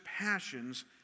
passions